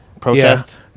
Protest